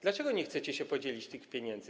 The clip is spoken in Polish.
Dlaczego nie chcecie się podzielić tymi pieniędzmi?